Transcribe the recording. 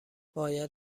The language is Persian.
باید